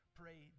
pray